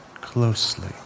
closely